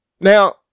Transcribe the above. Now